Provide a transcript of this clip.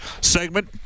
segment